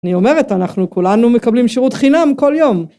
אני אומרת, אנחנו כולנו מקבלים שירות חינם כל יום.